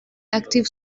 active